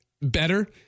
Better